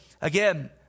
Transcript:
again